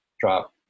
drop